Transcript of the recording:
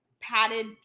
padded